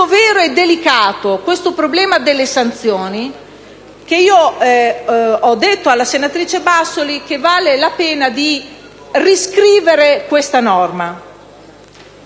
vero e delicato questo problema delle sanzioni, che ho detto alla senatrice Bassoli che vale la pena di riscrivere questa norma.